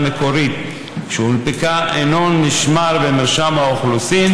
מקורית שהונפקה אינו נשמר במרשם האוכלוסין,